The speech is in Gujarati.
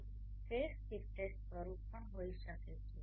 તે ફેઝ શિફ્ટેડ સ્વરૂપ પણ હોઈ શકે છે